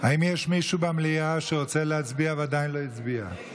האם יש מישהו במליאה שרוצה להצביע ועדיין לא הצביע?